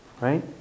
right